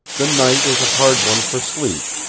the night is a hard one for sleep.